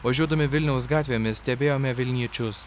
važiuodami vilniaus gatvėmis stebėjome vilniečius